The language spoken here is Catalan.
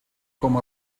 com